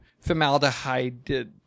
formaldehyde